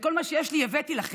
את כל מה שיש לי הבאתי לכם.